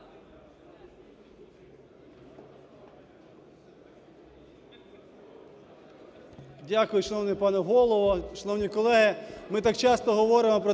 Дякую, шановний пане Голово. Шановні колеги,